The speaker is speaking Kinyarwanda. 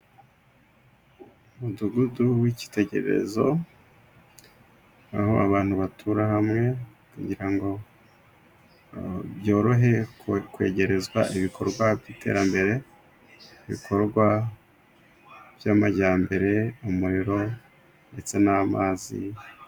Umudugudu w'icyitegererezo aho abantu batura hamwe kugira ngo byorohe kwegerezwa ibikorwa by'iterambere, ibikorwa by'amajyambere, umuriro ndetse n'amazi.